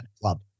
Club